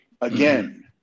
again